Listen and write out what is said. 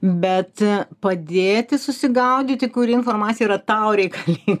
bet padėti susigaudyti kuri informacija yra tau reikalin